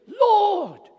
Lord